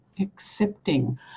accepting